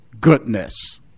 goodness